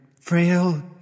Frail